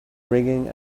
ringing